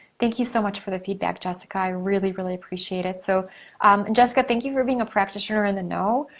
thank you so much for the feedback jessica. i really, really, appreciate it. and so um jessica, thank you for being a practitioner in the know.